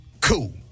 Cool